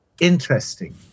interesting